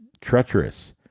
treacherous